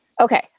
okay